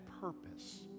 purpose